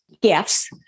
gifts